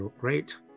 great